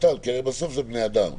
בסוף זה בני אדם,